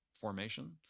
formation